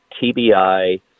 TBI